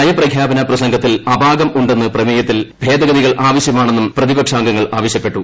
നയപ്രഖ്യാപന പ്രസംഗത്തിൽ അപാകം ഉണ്ടെന്നും പ്രമേയത്തിൽ ഭേദഗതികൾ ആവശ്യമാണെന്നും പ്രതിപക്ഷാംഗങ്ങൾ ആവശ്യപ്പെട്ടു